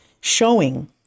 showing